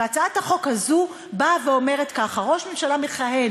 הצעת החוק הזאת אומרת כך: ראש ממשלה מכהן